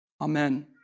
Amen